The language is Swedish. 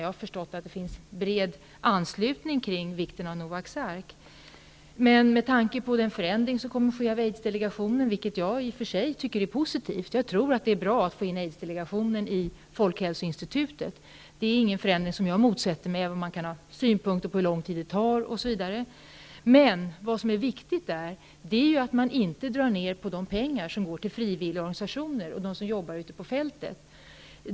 Jag har förstått att det finns bred anslutning kring vikten av Noaks Ark. Det kommer dock att ske en förändring av Aidsdelegationen. Jag tycker i och för sig att det är positivt och tror att det är bra att få in Aidsdelegationen i Folkhälsoinstitutet. Det är ingen förändring som jag motsätter mig, även om man kan ha synpunkter t.ex. på hur lång tid det tar. Det viktiga är emellertid att man inte drar ned på de pengar som går till frivilliga organisationer och till dem som jobbar ute på fältet.